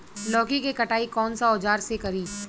लौकी के कटाई कौन सा औजार से करी?